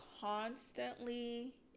constantly